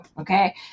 okay